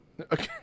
Okay